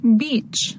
beach